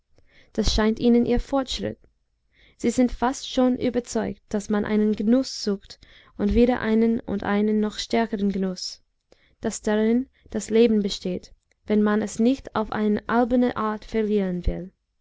das scheint ihnen ihr fortschritt sie sind fast schon überzeugt daß man einen genuß sucht und wieder einen und einen noch stärkeren genuß daß darin das leben besteht wenn man es nicht auf eine alberne art verlieren will